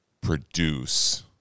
produce